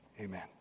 Amen